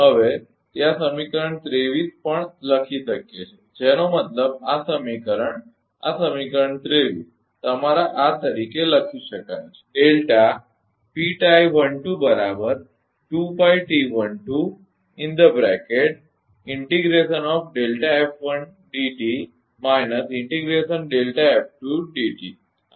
હવે ત્યાં સમીકરણ 23 પણ લખી શકાય છે જેનો મતલબ આ સમીકરણ આ સમીકરણ 23 તમારા આ તરીકે લખી શકાય છે આ સમીકરણ 24 છે